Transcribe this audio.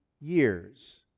years